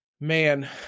Man